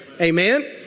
Amen